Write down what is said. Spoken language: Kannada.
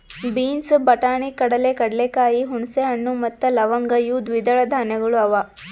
ಬೀನ್ಸ್, ಬಟಾಣಿ, ಕಡಲೆ, ಕಡಲೆಕಾಯಿ, ಹುಣಸೆ ಹಣ್ಣು ಮತ್ತ ಲವಂಗ್ ಇವು ದ್ವಿದಳ ಧಾನ್ಯಗಳು ಅವಾ